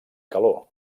calor